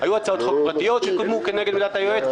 היו הצעות חוק פרטיות שהותקנו כנגד עמדת היועץ,